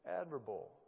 admirable